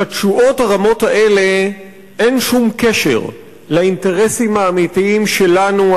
לתשואות הרמות האלה אין שום קשר לאינטרסים האמיתיים שלנו,